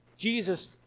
jesus